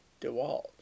DeWalt